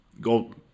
go